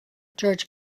george